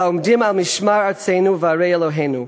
העומדים על משמר ארצנו וערי אלוהינו,